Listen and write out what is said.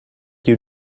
you